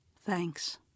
Thanks